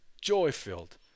joy-filled